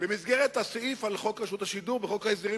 במסגרת הסעיף על חוק רשות השידור בחוק ההסדרים,